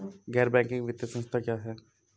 गैर बैंकिंग वित्तीय संस्था क्या है?